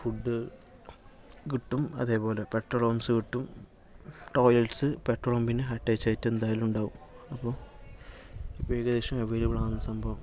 food കിട്ടും അതേപോലെ petrol pumps കിട്ടും ടോയിലറ്റ്സ് പെട്രോൾ പമ്പിന് അറ്റാച്ച് ആയിട്ട് എന്തായാലും ഉണ്ടാവും അപ്പോൾ ഏകദേശം അവൈലബിൾ ആണ് സംഭവം പിന്നെ